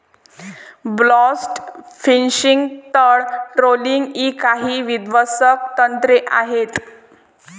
blast fishing, तळ trawling इ काही विध्वंसक तंत्रे आहेत